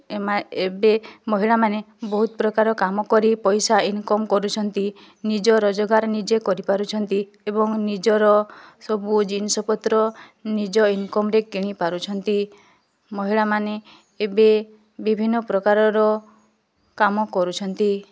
ଏମାନେ ଏବେ ମହିଳା ମାନେ ବହୁତ ପ୍ରକାର କାମ କରି ପଇସା ଇନକମ୍ କରୁଛନ୍ତି ନିଜ ରୋଜଗାର ନିଜେ କରି ପାରୁଛନ୍ତି ଏବଂ ନିଜର ସବୁ ଜିନିଷ ପତ୍ର ନିଜ ଇନକମ୍ରେ କିଣି ପାରୁଛନ୍ତି ମହିଳା ମାନେ ଏବେ ବିଭିନ୍ନ ପ୍ରକାରର କାମ କରୁଛନ୍ତି